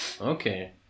okay